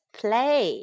play